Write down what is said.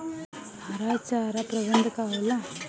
हरा चारा प्रबंधन का होला?